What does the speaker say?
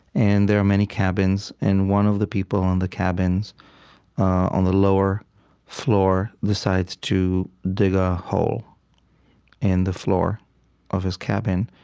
and there are many cabins. and one of the people in the cabins on the lower floor decides to dig a ah hole in the floor of his cabin,